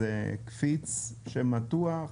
זה קפיץ שמתוח.